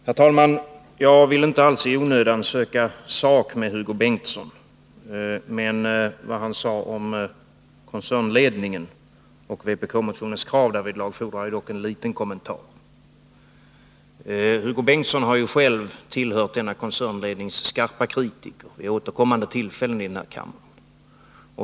Herr talman! Jag vill inte alls i onödan söka sak med Hugo Bengtsson, men vad han sade om koncernledningen och vpk-motionens krav därvidlag fordrar dock en liten kommentar. Hugo Bengtsson har ju själv tillhört denna koncernlednings skarpa kritiker vid återkommande tillfällen i denna kammare.